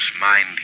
mind